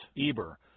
Eber